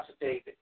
David